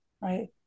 Right